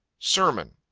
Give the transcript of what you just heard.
sermon.